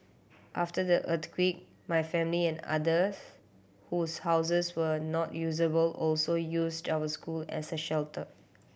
after the earthquake my family and others whose houses were not usable also used our school as a shelter